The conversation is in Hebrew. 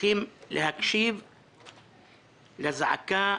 צריכים להקשיב לזעקה